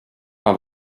pas